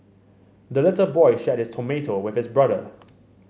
the little boy shared his tomato with his brother